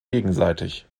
gegenseitig